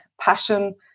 passion